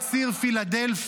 מי שמנהל את מדינת